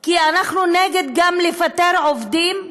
כי אנחנו גם נגד לפטר עובדים,